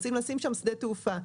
רוצים לשים שם שדה תעופה.